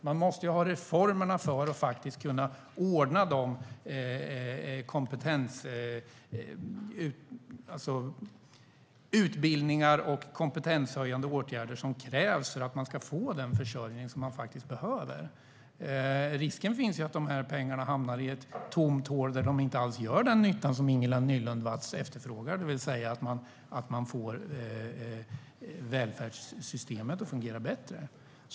Man måste ha reformerna för att kunna ordna de kompetensutbildningar och kompetenshöjande åtgärder som krävs för att man ska få den försörjning som behövs. Risken finns att pengarna hamnar i ett tomt hål där de inte alls gör den nytta som Ingela Nylund Watz efterfrågar, så att man får välfärdssystemet att fungera bättre.